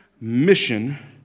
mission